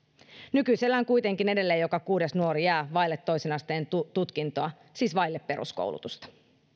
nykyisellään kuitenkin edelleen joka kuudes nuori jää vaille toisen asteen tutkintoa siis vaille peruskoulutusta